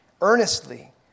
earnestly